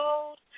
old